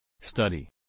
Study